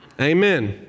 Amen